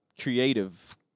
creative